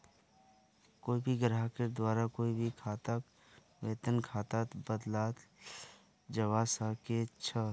कोई भी ग्राहकेर द्वारा कोई भी खाताक वेतन खातात बदलाल जवा सक छे